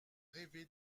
rêvé